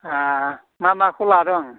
हा मा माखौ लादों